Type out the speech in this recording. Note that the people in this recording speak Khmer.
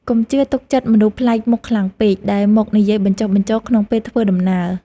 កុំជឿទុកចិត្តមនុស្សប្លែកមុខខ្លាំងពេក ដែលមកនិយាយបញ្ចុះបញ្ចូលក្នុងពេលធ្វើដំណើរ។